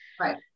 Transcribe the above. Right